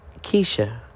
Keisha